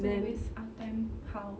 always on time how